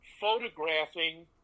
photographing